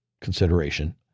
consideration